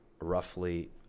roughly